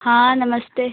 हाँ नमस्ते